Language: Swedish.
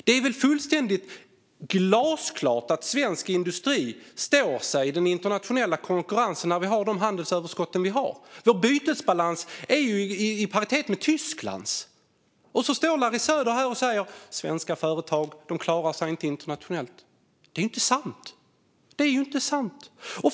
Det är väl fullständigt glasklart att svensk industri står sig i den internationella konkurrensen när vi har de handelsöverskott vi har. Vår bytesbalans är ju i paritet med Tysklands. Och så står Larry Söder här och säger: Svenska företag klarar sig inte internationellt. Det är inte sant.